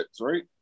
right